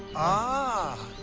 ah!